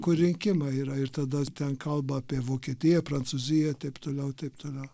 kur rinkimai yra ir tada ten kalba apie vokietiją prancūziją taip toliau taip toliau